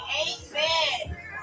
amen